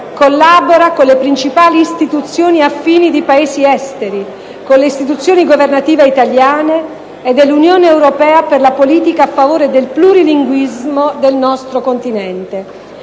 collabora con le principali istituzioni affini di Paesi esteri e con le istituzioni governative italiane e dell'Unione europea per la politica a favore del plurilinguismo del nostro continente;